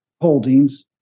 holdings